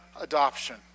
adoption